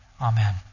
Amen